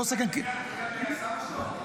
אתה יודע מי היה סבא שלו --- דיסקין.